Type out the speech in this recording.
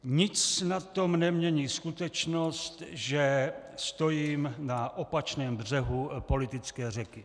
Nic na tom nemění skutečnost, že stojím na opačném břehu politické řeky.